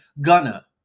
Gunner